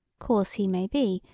coarse he may be,